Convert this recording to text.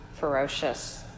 ferocious